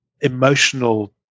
emotional